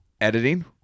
editing